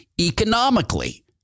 economically